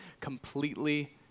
completely